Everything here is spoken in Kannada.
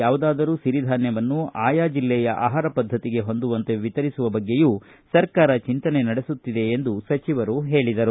ಯಾವುದಾದರೂ ಸಿರಿಧಾನ್ಯವನ್ನು ಆಯಾ ಜಿಲ್ಲೆಯ ಆಹಾರ ಪದ್ದತಿಗೆ ಹೊಂದುವಂತೆ ವಿತರಿಸುವ ಬಗ್ಗೆಯೂ ಸರ್ಕಾರ ಚಿಂತನೆ ನಡೆಸುತ್ತಿದೆ ಎಂದು ಸಚಿವರು ತಿಳಿಸಿದರು